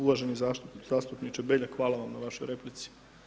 Uvaženi zastupniče Beljak, hvala vam na vašoj replici.